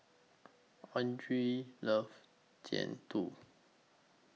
Andrew loves Jian Dui